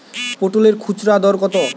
পটলের খুচরা দর কত?